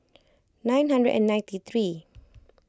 nine hundred and ninety three